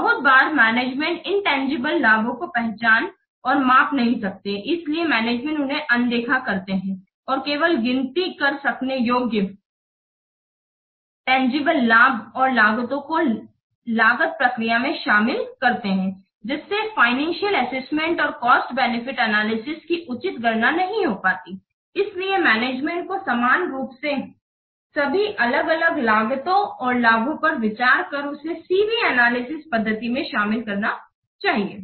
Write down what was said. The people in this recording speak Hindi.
बहुत बार मैनेजमेंट इनतंजीबले लाभों को पहचान और माप नहीं सकते हैं इसलिए मैनेजमेंट उन्हें अनदेखा करते हैं और केवल गिनती कर सकने योग्य तंजीबले लाभ और लागतों को लागत प्रक्रिया में शामिल करते है जिससे फाइनेंसियल असेसमेंट और कॉस्ट बेनिफिट एनालिसिस की उचित गणना नहीं हो पाती है इसलिएमैनेजमेंट को समान रूप से सभी अलग अलग लागतों और लाभों पर विचार कर उसे C B एनालिसिस पद्धति में शामिल करना चहिये